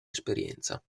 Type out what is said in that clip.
esperienza